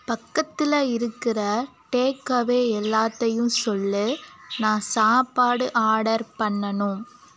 பக்கத்தில் இருக்கிற டேக்அவே எல்லாத்தையும் சொல் நான் சாப்பாடு ஆர்டர் பண்ணணும்